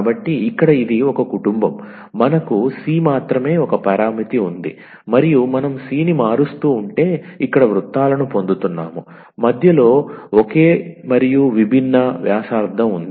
కాబట్టి ఇక్కడ ఇది ఒక కుటుంబం మనకు c మాత్రమే ఒక పరామితి ఉంది మరియు మనం c ని మారుస్తూ ఉంటే ఇక్కడ వృత్తాలను పొందుతున్నాము మధ్యలో ఒకే మరియు విభిన్న వ్యాసార్థం ఉంది